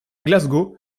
glasgow